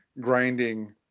grinding